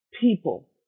people